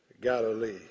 Galilee